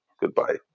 goodbye